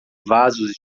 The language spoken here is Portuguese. vasos